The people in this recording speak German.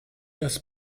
das